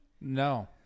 no